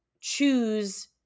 choose